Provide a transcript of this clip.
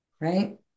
right